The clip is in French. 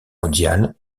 mondiale